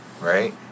right